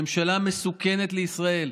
ממשלה מסוכנת לישראל.